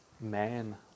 man